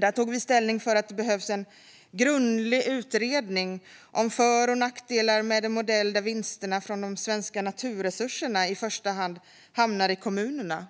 Där tog vi ställning för att det behövs en grundlig utredning om för och nackdelar med en modell där vinsterna från de svenska naturresurserna i första hand hamnar i kommunerna